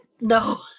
No